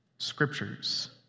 scriptures